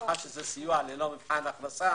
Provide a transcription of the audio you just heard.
מאחר שזה סיוע ללא מבחן הכנסה,